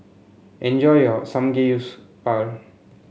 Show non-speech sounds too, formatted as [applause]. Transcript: enjoy your [unintelligible]